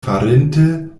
farinte